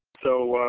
so,